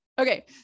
okay